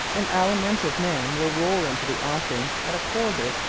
an alimentive man will roll into the offing at a quarter,